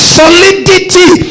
solidity